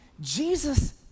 Jesus